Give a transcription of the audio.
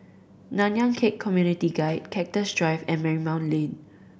Nanyang Khek Community Guild Cactus Drive and Marymount Lane